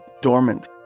dormant